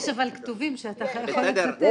אבל יש כתובים שאתה יכול לצטט מהם.